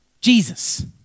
Jesus